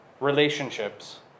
relationships